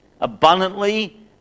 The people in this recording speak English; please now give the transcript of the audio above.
abundantly